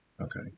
Okay